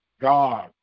God